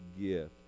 gift